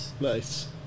Nice